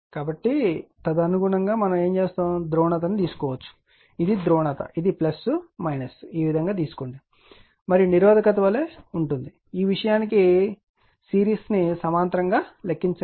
కాబట్టి తదనుగుణంగా ధ్రువణతను ఎన్నుకోవచ్చు ఇది ధ్రువణత ఇది ఈ విధంగా తీసుకోండి మరియు నిరోధకత వలె ఉంటుంది ఈ విషయానికి సిరీస్ ను సమాంతరంగాను లెక్కించండి